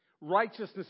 Righteousness